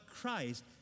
Christ